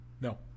No